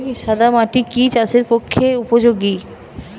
সাদা মাটি কি চাষের পক্ষে উপযোগী?